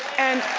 and